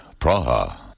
Praha